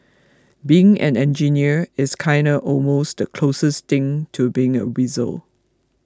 being an engineer is kinda almost the closest thing to being a wizard